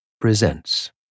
presents